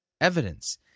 Evidence